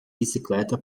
bicicleta